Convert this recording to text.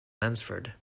lansford